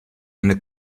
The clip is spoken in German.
eine